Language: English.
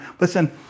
Listen